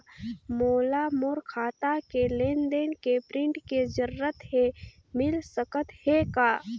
मोला मोर खाता के लेन देन के प्रिंट के जरूरत हे मिल सकत हे का?